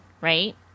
right